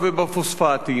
הפוספטים,